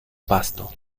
pasto